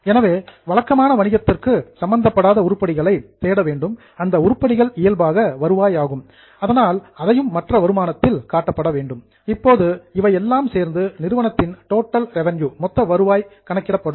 எனவே வழக்கமான வணிகத்திற்கு சம்பந்தப்படாத உருப்படிகளை தேட வேண்டும் அந்த உருப்படிகள் இயல்பாக வருவாய் ஆகும் அதனால் அதையும் மற்ற வருமானத்தில் காட்டப்பட வேண்டும் இப்போது இவை எல்லாம் சேர்ந்து நிறுவனத்தின் டோட்டல் ரெவின்யூ மொத்த வருவாய் கணக்கிடப்படும்